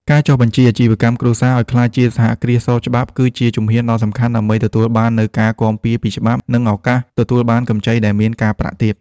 ការចុះបញ្ជីអាជីវកម្មគ្រួសារឱ្យក្លាយជាសហគ្រាសស្របច្បាប់ គឺជាជំហានដ៏សំខាន់ដើម្បីទទួលបាននូវការគាំពារពីច្បាប់ និងឱកាសទទួលបានកម្ចីដែលមានការប្រាក់ទាប។